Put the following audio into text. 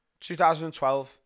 2012